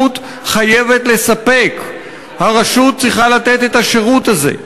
חייבת לספק הרשות צריכה לתת את השירות הזה.